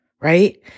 right